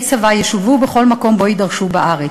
הצבא ישולבו בכל מקום שבו יידרשו בארץ.